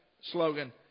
slogan